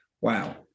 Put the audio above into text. wow